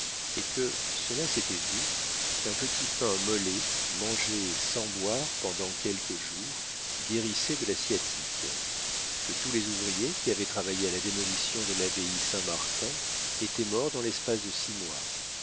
et que cela s'était vu qu'un petit pain mollet mangé sans boire pendant quelques jours guérissait de la sciatique que tous les ouvriers qui avaient travaillé à la démolition de l'abbaye saint-martin étaient morts dans l'espace de six mois